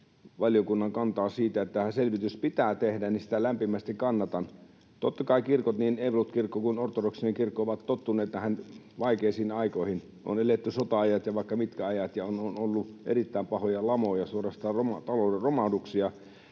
valiokunnan kantaa siitä, että tämä selvitys pitää tehdä, sitä lämpimästi kannatan. Totta kai kirkot, niin ev.-lut. kirkko kuin ortodoksinen kirkko, ovat tottuneet vaikeisiin aikoihin. On eletty sota-ajat ja vaikka mitkä ajat, ja on ollut erittäin pahoja lamoja, suorastaan talouden